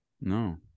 No